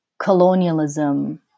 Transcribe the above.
colonialism